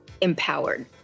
empowered